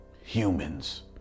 humans